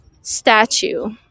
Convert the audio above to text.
statue